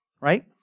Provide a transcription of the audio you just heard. right